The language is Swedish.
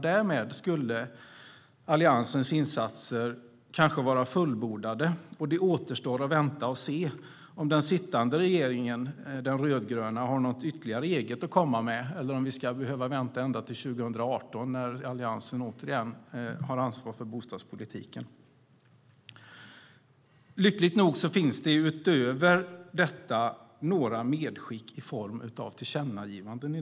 Därmed skulle Alliansens insatser kanske vara fullbordade. Det återstår att se om den sittande rödgröna regeringen har något ytterligare eget att komma med eller om vi ska behöva vänta ända till 2018, då Alliansen återigen har ansvar för bostadspolitiken. Lyckligt nog finns det utöver detta några medskick i form av tillkännagivanden.